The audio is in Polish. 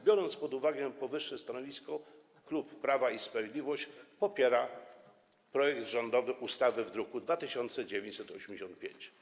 Biorąc pod uwagę powyższe stanowisko, klub Prawo i Sprawiedliwość popiera rządowy projekt ustawy z druku nr 2985.